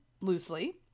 loosely